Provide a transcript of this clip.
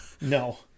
No